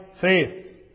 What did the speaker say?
faith